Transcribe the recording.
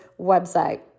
website